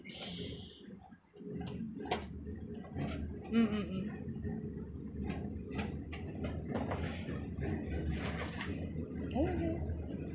mm mm mm okay